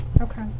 Okay